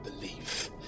belief